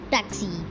Taxi